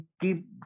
keep